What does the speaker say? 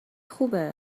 خوبه